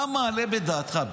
אתה מעלה על דעתך,